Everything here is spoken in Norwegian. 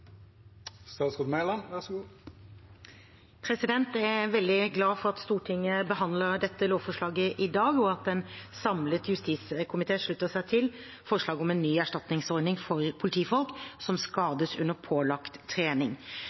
veldig glad for at Stortinget behandler dette lovforslaget i dag, og at en samlet justiskomité slutter seg til forslaget om en ny erstatningsordning for politifolk som skades under pålagt trening.